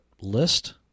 list